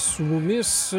su mumis